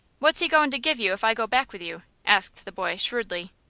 what's he goin' to give you if i go back with you? asked the boy, shrewdly.